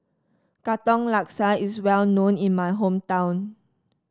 Katong Laksa is well known in my hometown